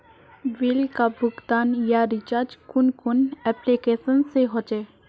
Bill का भुगतान या रिचार्ज कुन कुन एप्लिकेशन से होचे?